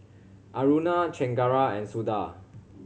Aruna Chengara and Suda